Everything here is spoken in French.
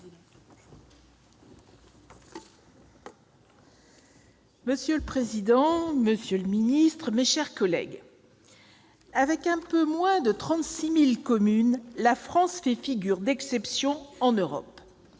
Monsieur le président, monsieur le ministre, mes chers collègues, avec un peu moins de 36 000 communes, la France fait figure d'exception en Europe.